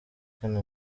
kane